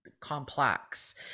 complex